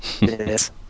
Yes